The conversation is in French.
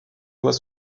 doit